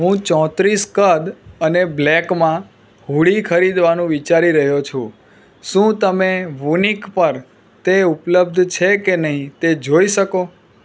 હું ચોત્રીસ કદ અને બ્લેકમાં હૂડી ખરીદવાનું વિચારી રહ્યો છું શું તમે વૂનિક પર તે ઉપલબ્ધ છે કે નહીં તે જોઈ શકો